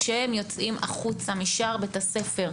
כשהם יוצאים החוצה משער בית-הספר,